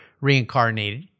reincarnated